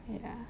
wait ah